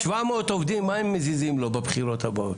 שבע מאות עובדים מה הם מזיזים לו בבחירות הבאות.